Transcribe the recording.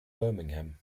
birmingham